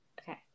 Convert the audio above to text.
Okay